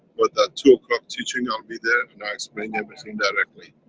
but at two o'clock teaching i'll be there and i'll explain everything directly.